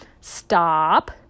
stop